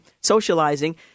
socializing